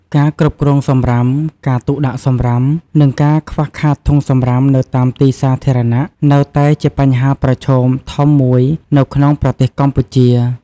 ការគ្រប់គ្រងសំរាម ការទុកដាក់សំរាម និងការខ្វះខាតធុងសំរាមនៅតាមទីសាធារណៈនៅតែជាបញ្ហាប្រឈមធំមួយនៅក្នុងប្រទេសកម្ពុជា។